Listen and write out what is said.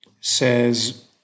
says